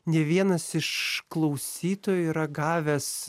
ne vienas iš klausytojų yra gavęs